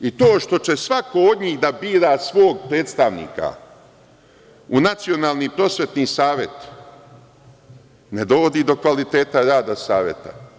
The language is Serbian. I to što će svako od njih da bira svog predstavnika u Nacionalni prosvetni savet, ne dovodi do kvaliteta rada Saveta.